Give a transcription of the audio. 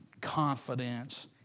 confidence